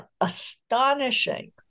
astonishing